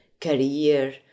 career